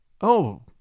Oh